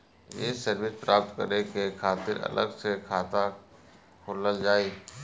ये सर्विस प्राप्त करे के खातिर अलग से खाता खोलल जाइ?